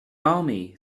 army